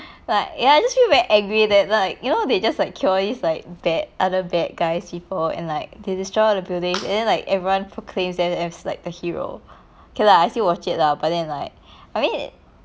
like ya I just feel very angry that like you know they just like kill all these like bad other bad guys people and like they destroy all the building and then like everyone proclaims them as like the hero okay lah I still watch it lah but then like I mean it